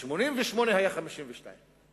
בשנת 1988 הוא היה 52 מיליון.